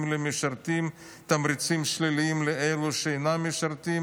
למשרתים ותמריצים שליליים לאלו שאינם משרתים